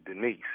Denise